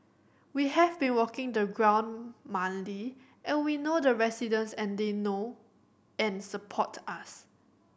we have been walking the ground monthly and we know the residents and they know and support us